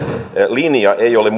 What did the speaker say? linja ei ole